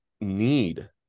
need